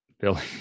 Billy